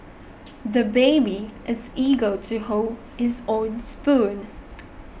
the baby is eager to hold his own spoon